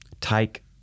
Take